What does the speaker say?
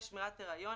מכיר,